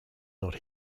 not